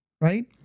right